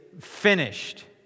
finished